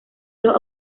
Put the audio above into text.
los